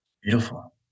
Beautiful